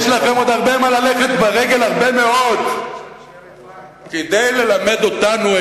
יש לכם עוד הרבה מאוד מה ללכת ברגל כדי ללמד אותנו את